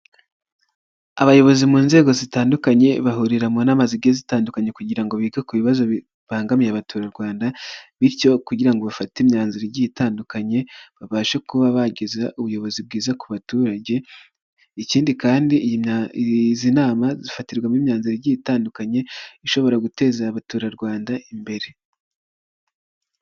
Abayobozi mu nzego zitandukanye, bahurira mu nama zige zitandukanye kugira ngo bige ku bibazo bibangamiye abaturarwanda, bityo kugira ngo bafate imyanzuro igiye itandukanye, babashe kuba bageza ubuyobozi bwiza ku baturage, ikindi kandi izi nama zifatirwamo imyanzuro igiye itandukanye, ishobora guteza abaturarwanda imbere.